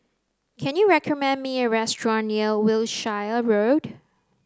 can you recommend me a restaurant near Wiltshire Road